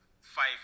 five